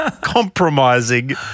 compromising